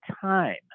time